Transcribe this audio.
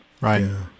Right